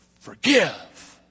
forgive